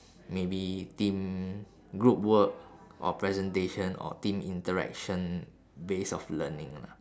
maybe team group work or presentation or team interaction base of learning lah